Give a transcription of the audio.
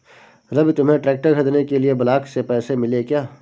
रवि तुम्हें ट्रैक्टर खरीदने के लिए ब्लॉक से पैसे मिले क्या?